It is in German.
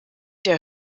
der